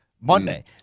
Monday